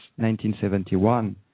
1971